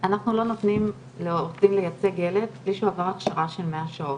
אנחנו לא נותנים לעובדים לייצג ילד בלי שהוא עבר הכשרה של 100 שעות.